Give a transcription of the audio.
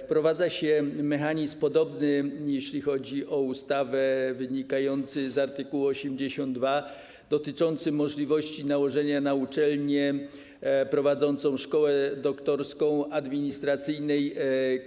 Wprowadza się mechanizm, jeśli chodzi o ustawę, wynikający z art. 82, dotyczący możliwości nałożenia na uczelnię prowadzącą szkołę doktorską administracyjnej